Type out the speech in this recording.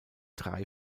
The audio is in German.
drei